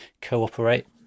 cooperate